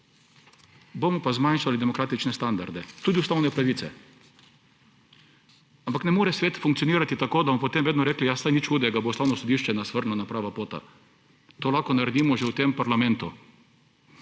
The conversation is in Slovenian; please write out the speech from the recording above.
bomo pa zmanjšali demokratične standarde, tudi ustavne pravice. Ampak ne more svet funkcionirati tako, da bomo potem vedno rekli, saj nič hudega, nas bo Ustavno sodišče vrnilo na pravo pot. To lahko naredimo že v tem parlamentu.